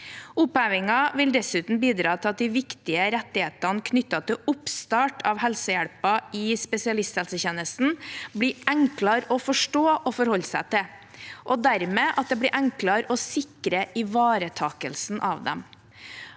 Opphevingen vil dessuten bidra til at de viktige rettighetene knyttet til oppstart av helsehjelpen i spesialisthelsetjenesten blir enklere å forstå og forholde seg til, og dermed at det blir enklere å sikre ivaretakelsen av dem.